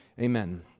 Amen